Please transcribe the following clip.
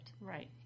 Right